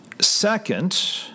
Second